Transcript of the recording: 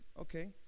Okay